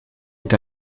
est